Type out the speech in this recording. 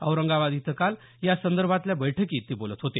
औरंगाबाद इथं काल यासंदर्भातल्या बैठकीत ते बोलत होते